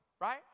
right